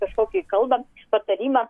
kažkokį kalbant patarimą